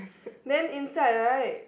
then inside right